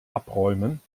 abräumen